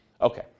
Okay